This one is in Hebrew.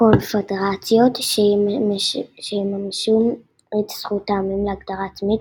קונפדרציות שיממשו את זכות העמים להגדרה עצמית,